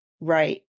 right